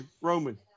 Roman